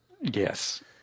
Yes